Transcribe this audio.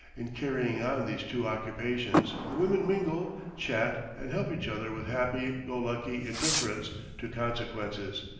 in carrying on these two occupations the women mingle, chat, and help each other with happy-go-lucky indifference to consequences,